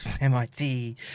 MIT